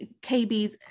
KBs